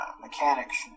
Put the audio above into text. mechanics